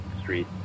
Street